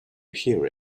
hear